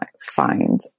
find